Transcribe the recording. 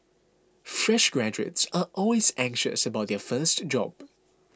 fresh graduates are always anxious about their first job